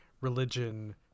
religion